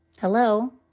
Hello